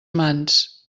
mans